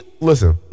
listen